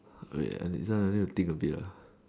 wait uh this one I need to think a bit lah